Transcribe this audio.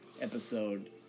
episode